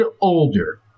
older